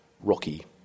rocky